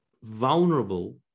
vulnerable